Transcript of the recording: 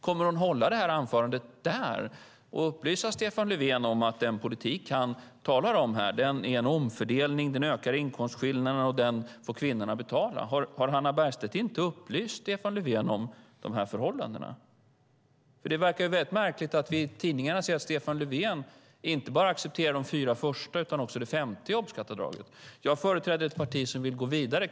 Kommer hon att hålla detta anförande där och upplysa Stefan Löfven om att den politik han talar om är en omfördelning, ökar inkomstskillnaderna och får betalas av kvinnorna? Har Hannah Bergstedt inte upplyst Stefan Löfven om de här förhållandena? Det verkar väldigt märkligt att vi i tidningarna ser att Stefan Löfven accepterar inte bara de fyra första utan också det femte jobbskatteavdraget. Jag företräder ett parti som vill gå vidare.